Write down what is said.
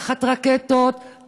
תחת רקטות,